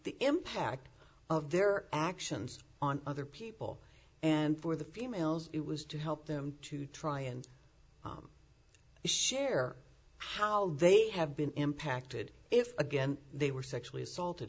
the impact of their actions on other people and for the females it was to help them to try and share how they have been impacted if again they were sexually